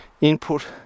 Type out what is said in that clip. input